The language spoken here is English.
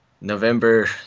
November